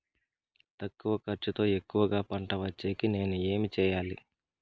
తక్కువ ఖర్చుతో ఎక్కువగా పంట వచ్చేకి నేను ఏమి చేయాలి?